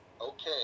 okay